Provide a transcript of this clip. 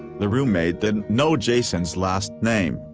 the roommate didn't know jason's last name,